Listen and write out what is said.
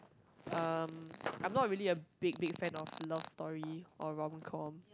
um I'm not really a big big fan of love story or romcom